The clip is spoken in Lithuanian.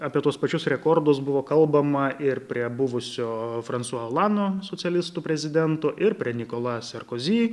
apie tuos pačius rekordus buvo kalbama ir prie buvusio fransua alano socialistų prezidento ir prie nikola sarkozy